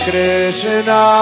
Krishna